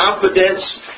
confidence